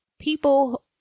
People